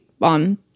on